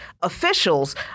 officials